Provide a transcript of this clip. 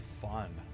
fun